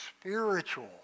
spiritual